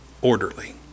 orderly